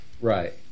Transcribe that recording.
Right